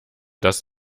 das